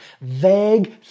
Vague